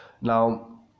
Now